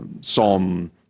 Psalm